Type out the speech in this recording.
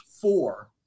four